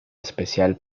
especial